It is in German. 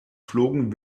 flogen